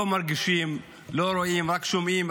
לא מרגישים, לא רואים, רק שומעים.